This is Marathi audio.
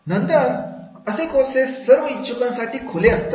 नंतर असे कोर्सेस सर्व इच्छुकांसाठी खुले असतात